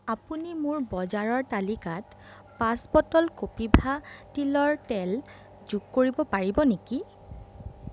আপুনি মোৰ বজাৰৰ তালিকাত পাঁচ বটল কপিভা তিলৰ তেল যোগ কৰিব পাৰিব নেকি